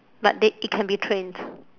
but they it can be trained